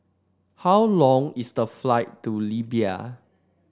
how long is the flight to Libya